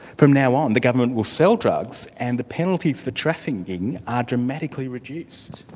from now on, the government will sell drugs and the penalties for trafficking are dramatically reduced.